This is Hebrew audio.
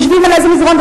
יושבים על איזה מזרן,